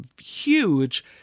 huge